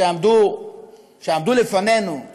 שעמדו לפנינו,